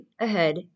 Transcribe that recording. ahead